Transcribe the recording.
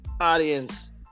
audience